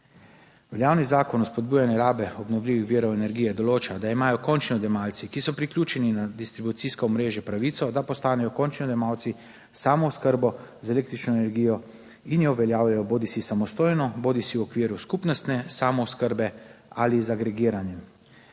Veljavni zakon o spodbujanju rabe obnovljivih virov energije določa, da imajo končni odjemalci, ki so priključeni na distribucijsko omrežje, pravico, da postanejo končni odjemalci s samooskrbo z električno energijo in jo uveljavljajo bodisi samostojno, bodisi v okviru skupnostne samooskrbe ali z agregirani